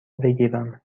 بگیرم